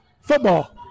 Football